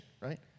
right